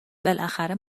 بالاخره